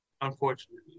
unfortunately